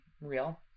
real